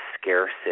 scarcity